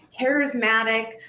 charismatic